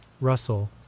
Russell